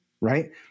right